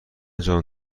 جان